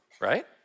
right